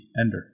Ender